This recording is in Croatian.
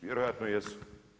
Vjerojatno jesu.